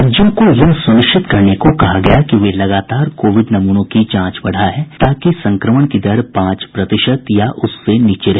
राज्यों को यह सुनिश्चित करने के लिए कहा गया है कि वे लगातार कोविड नमूनों की जांच बढ़ाएं ताकि संक्रमण की दर पांच प्रतिशत या उससे नीचे रहे